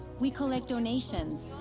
we collect donations.